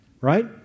Right